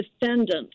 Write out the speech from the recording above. defendants